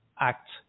act